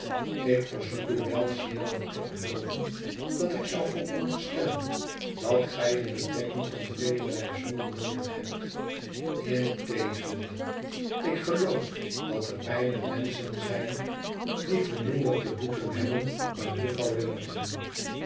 ik verzoek u wel zeer niet te gelooven dat ik zou vooronderstellen dat gij een bedekking van velerlei zonden noodig hebt integendeel ik geloof dat er weinig menschen zijn die voor minder te boeten hebben dan juffrouw